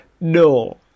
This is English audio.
no